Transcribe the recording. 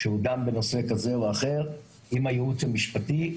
שדן בנושא כזה או אחר עם הייעוץ המשפטי,